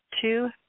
two